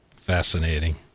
Fascinating